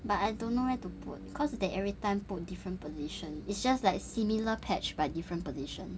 but I don't know where to put cause they every time put different position it's just like similar patch but different position